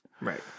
Right